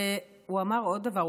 עוד דבר,